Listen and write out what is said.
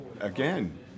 Again